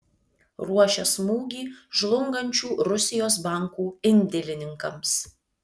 ruošia smūgį žlungančių rusijos bankų indėlininkams